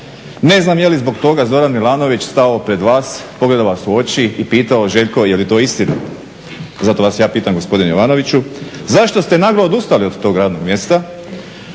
Ne znam je li zbog toga Zoran Milanović stao pred vas, pogledao vas u oči i pitao Željko je li to istina. Zato vas ja pitam gospodine Jovanoviću zašto ste naglo odustali od tog radnog mjesta?